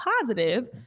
positive